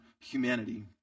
humanity